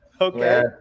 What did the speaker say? Okay